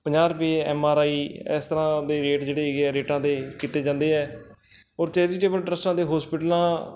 ਪੰਜਾਹ ਰੁਪਏ M R I ਇਸ ਤਰ੍ਹਾਂ ਦੇ ਰੇਟ ਜਿਹੜੇ ਹੈਗੇ ਰੇਟਾਂ 'ਤੇ ਕੀਤੇ ਜਾਂਦੇ ਹੈ ਔਰ ਚੈਰੀਟੇਬਲ ਟਰੱਸਟਾਂ ਦੇ ਹੋਸਪੀਟਲਾਂ